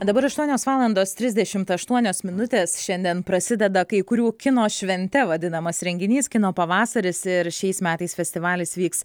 dabar aštuonios valandos trisdešimt aštuonios minutės šiandien prasideda kai kurių kino švente vadinamas renginys kino pavasaris ir šiais metais festivalis vyks